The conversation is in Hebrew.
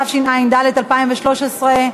התשע"ד 2013,